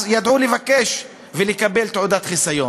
לבקש ולקבל תעודת חיסיון.